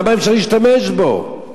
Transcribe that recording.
למה אי-אפשר להשתמש בו?